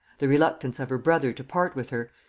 the reluctance of her brother to part with her,